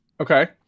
Okay